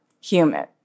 human